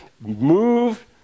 move